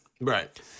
Right